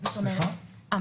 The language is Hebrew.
אתה